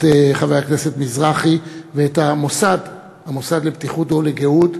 חבר הכנסת מזרחי ואת המוסד לבטיחות ולגהות,